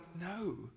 no